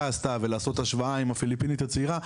עשתה ולעשות השוואה עם הפיליפינית הצעירה,